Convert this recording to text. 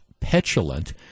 petulant